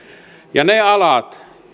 ja niillä aloilla